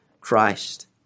Christ